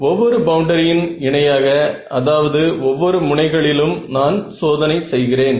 ஒவ்வொரு பவுண்டரியின் இணையாக அதாவது ஒவ்வொரு முனைகளிலும் நான் சோதனை செய்கிறேன்